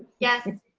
yes.